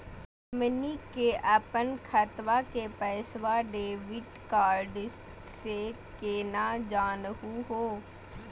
हमनी के अपन खतवा के पैसवा डेबिट कार्ड से केना जानहु हो?